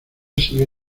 sigue